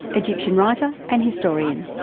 egyptian writer and historian.